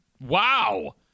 wow